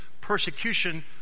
persecution